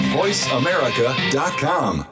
voiceamerica.com